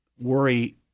worry –